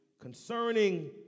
concerning